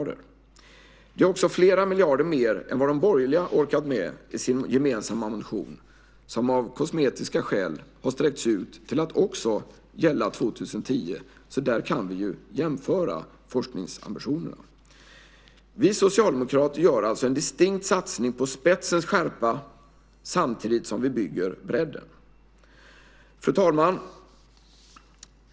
Det är också flera miljarder mer än vad de borgerliga orkat med i sin gemensamma motion, som av kosmetiska skäl har sträckts ut till att också gälla 2010 - där kan vi ju jämföra forskningsambitionerna. Vi socialdemokrater gör alltså en distinkt satsning på spetsens skärpa samtidigt som vi bygger bredden. Fru talman!